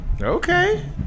Okay